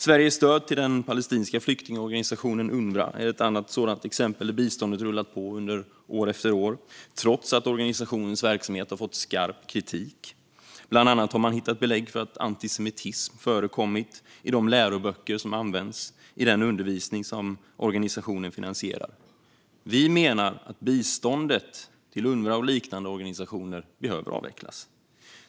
Sveriges stöd till den palestinska flyktingorganisationen UNRWA är ett annat sådant exempel där biståndet rullat på under år efter år trots att organisationens verksamhet har fått skarp kritik. Bland annat har man hittat belägg för att antisemitism förekommit i de läroböcker som används i den undervisning som organisationen finansierar. Vi menar att biståndet till UNRWA och liknande organisationer behöver avvecklas.